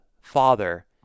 Father